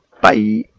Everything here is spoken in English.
bye